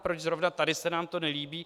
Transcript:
Proč zrovna tady se nám to nelíbí?